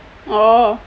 orh